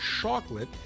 chocolate